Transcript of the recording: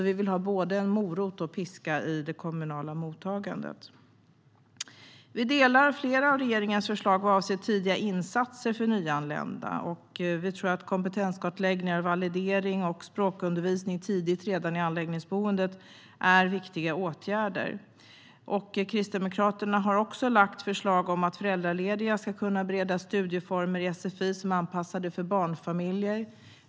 Vi vill ha både morot och piska i det kommunala mottagandet. Vi delar flera av regeringens förslag vad avser tidiga insatser för nyanlända. Vi tror att kompetenskartläggningar, validering och tidig språkundervisning, redan i anläggningsboendet, är viktiga åtgärder. Kristdemokraterna har också lagt fram förslag om att föräldralediga ska kunna beredas studieformer i sfi som är anpassade för barnfamiljer.